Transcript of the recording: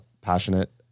passionate